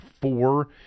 four